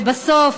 ובסוף,